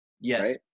Yes